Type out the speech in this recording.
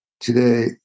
Today